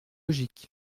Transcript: logique